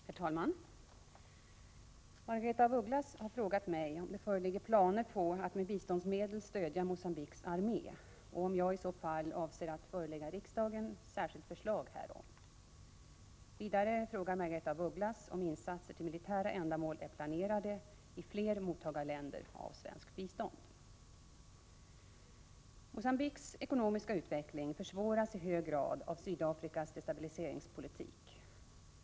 Herr talman! Margaretha af Ugglas har frågat mig om det föreligger planer på att med biståndsmedel stödja Mogambiques armé och om jag i så fall avser att förelägga riksdagen särskilt förslag härom. Vidare frågar Margaretha af Ugglas om insatser till militära ändamål är planerade i fler mottagarländer av svenskt bistånd. Mogambiques ekonomiska utveckling försvåras i hög grad av Sydafrikas destabiliseringspolitik.